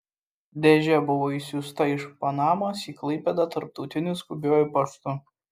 dėžė buvo išsiųsta iš panamos į klaipėdą tarptautiniu skubiuoju paštu